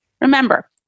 Remember